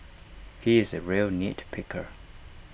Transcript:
he is A real nit picker